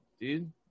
dude